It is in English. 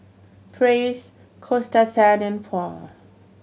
Praise Coasta Sand and Paul